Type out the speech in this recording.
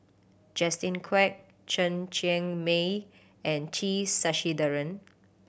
Justin Quek Chen Cheng Mei and T Sasitharan